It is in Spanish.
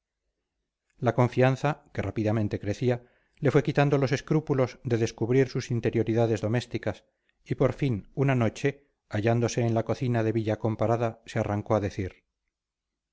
la confianza que rápidamente crecía le fue quitando los escrúpulos de descubrir sus interioridades domésticas y por fin una noche hallándose en la cocina de villacomparada se arrancó a decir